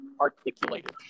articulated